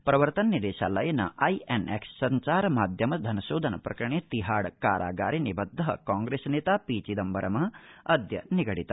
प्रवर्तन निदेशालयेन I N X सञ्चारमाध्यम धनशोधन प्रकरणे तिहाड कारागारे निबद्ध कांप्रेस नेता पी चिदम्बरम अद्य निगडित